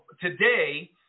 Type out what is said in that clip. today